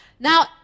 Now